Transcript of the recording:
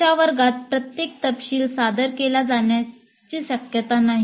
आजच्या वर्गात प्रत्येक तपशील सादर केला जाण्याची शक्यता नाही